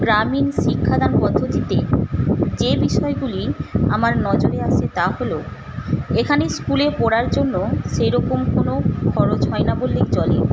গ্রামীণ শিক্ষাদান পদ্ধতিতে যে বিষয়গুলি আমার নজরে আসে তা হল এখানে স্কুলে পড়ার জন্য সেরকম কোনো খরচ হয় না বললেই চলে